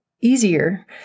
easier